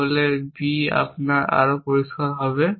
তাহলে B আপনার আর পরিষ্কার হবে